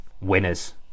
winners